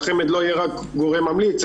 שהחמ"ד לא יהיה רק גורם ממליץ,